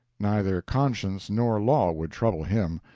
neither conscience nor law would trouble him.